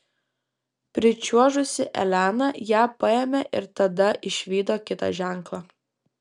pričiuožusi elena ją paėmė ir tada išvydo kitą ženklą